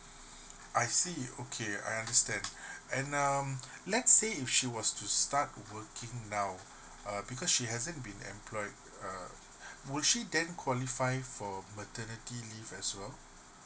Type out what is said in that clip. I see okay I understand and um let's say if she was to start working now uh because she hasn't been employed uh would she then qualify for maternity leave as well